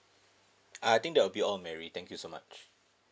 uh I think that will be all mary thank you so much